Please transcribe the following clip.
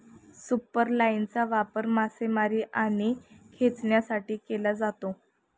सुपरलाइनचा वापर मासेमारी आणि खेचण्यासाठी केला जातो